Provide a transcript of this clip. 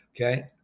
Okay